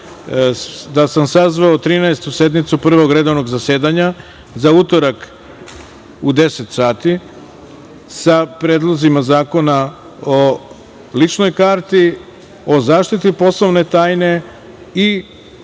da sam sazvao Trinaestu sednicu Prvog redovnog zasedanja za utorak, u 10.00 sati, sa predlozima zakona o ličnoj karti, o zaštiti poslovne tajne i,